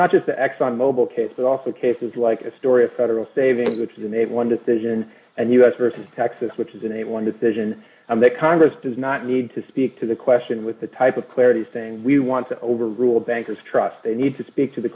not just the exxon mobil case but also cases like a story of federal savings which is in a one decision and us versus texas which is in a one decision that congress does not need to speak to the question with the type of clarity saying we want to overrule bankers trust they need to speak to the